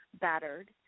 battered